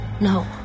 No